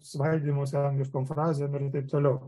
svaidymosi angliškom frazėm ir taip toliau